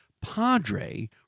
Padre